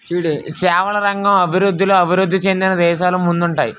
సేవల రంగం అభివృద్ధిలో అభివృద్ధి చెందిన దేశాలు ముందుంటాయి